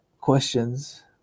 questions